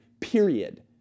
period